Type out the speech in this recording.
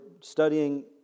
studying